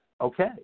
okay